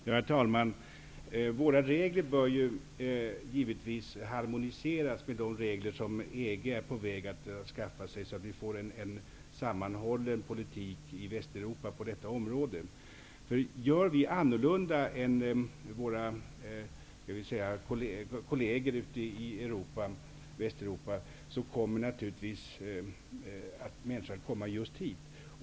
Herr talman! Våra regler bör givetvis harmoni seras med de regler som EG är på väg att skaffa sig, så att vi får en sammanhållen politik i Väst europa på detta område. Handlar vi annorlunda än våra kolleger i Västeuropa i övrigt, kommer naturligtvis människor att komma just hit.